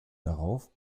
darauf